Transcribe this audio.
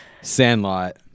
Sandlot